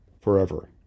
forever